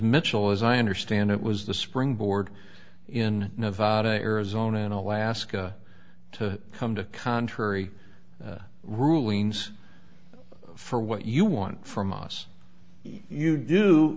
mitchell as i understand it was the spring board in nevada arizona and alaska to come to contrary rulings for what you want from us you do